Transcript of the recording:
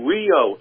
Rio